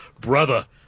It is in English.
brother